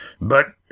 But